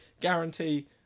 guarantee